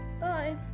bye